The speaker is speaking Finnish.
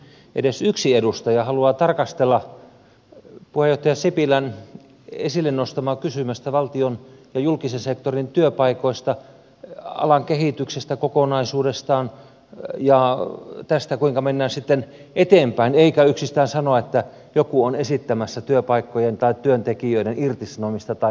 edes yksi edustaja haluaa tarkastella puheenjohtaja sipilän esille nostamaa kysymystä valtion ja julkisen sektorin työpaikoista alan kehityksestä kokonaisuudessaan ja tästä kuinka mennään sitten eteenpäin eikä yksistään sanoa että joku on esittämässä työpaikkojen tai työntekijöiden irtisanomista tai muuta vastaavaa